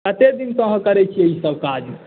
कतेक दिनसँ अहाँ करैत छियै ईसभ काज